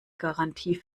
garantie